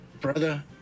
Brother